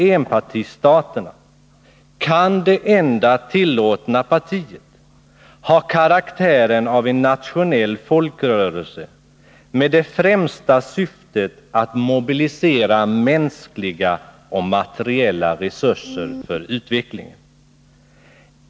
enpartistaterna kan det enda tillåtna partiet ha karaktären av en nationell folkrörelse med det främsta syftet att mobilisera mänskliga och materiella resurser för utvecklingen.